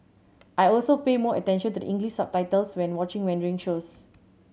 I also pay more attention to the English subtitles when watching Mandarin shows